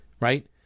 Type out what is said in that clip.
right